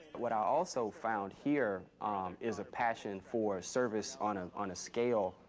what i also found here um is a passion for service on ah on a scale,